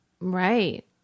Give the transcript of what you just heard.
Right